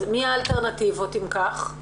אז מי האלטרנטיבות אם כך?